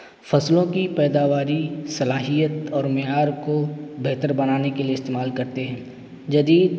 فصلوں کی پیداواری صلاحیت اور معیار کو بہتر بنانے کے لیے استعمال کرتے ہیں جدید